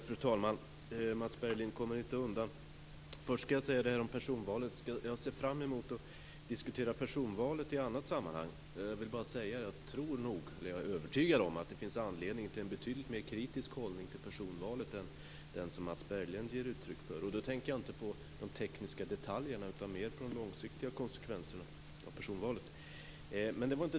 Fru talman! Mats Berglind kommer inte undan. När det först gäller personvalet ser jag fram emot att diskutera det i annat sammanhang. Jag är övertygad om att det finns anledning till en betydligt mer kritisk hållning till personvalet än den som Mats Berglind ger uttryck för, och då tänker jag inte på de tekniska detaljerna utan mer på de långsiktiga konsekvenserna.